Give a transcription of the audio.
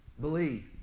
Believe